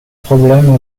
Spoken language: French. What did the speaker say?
problèmes